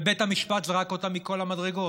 ובית המשפט זרק אותם מכל המדרגות.